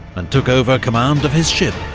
and took over command of his ship,